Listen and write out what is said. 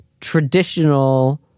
traditional